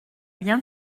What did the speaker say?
bien